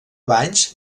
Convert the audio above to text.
banys